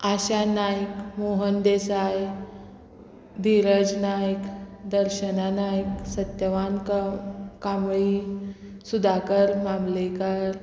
Asha Naik Mohan Desai Dheeraj Naik Darshana Naik Satyawan Kambli Sudakar Mamlekar